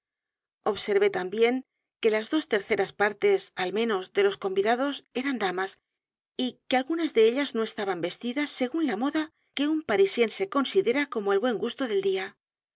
observé también que las dos terceras partes al menos de los convidados eran damas y que algunas de ellas no estaban vestidas según la moda que un parisiense considera como el buen gusto del día